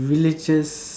religious